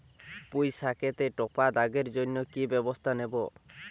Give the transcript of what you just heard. পুই শাকেতে টপা দাগের জন্য কি ব্যবস্থা নেব?